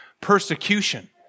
persecution